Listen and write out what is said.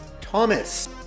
Thomas